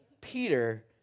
peter